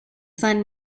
son